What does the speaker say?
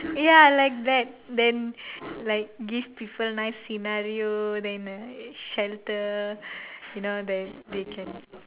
ya like that then like give people nice scenario then a shelter you know then they can